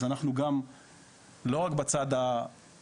אז אנחנו גם לא רק בצד השומע,